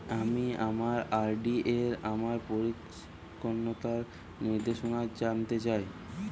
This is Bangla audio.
আমি আমার আর.ডি এর আমার পরিপক্কতার নির্দেশনা জানতে চাই